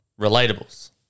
Relatables